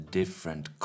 different